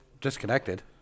disconnected